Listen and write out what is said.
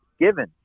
given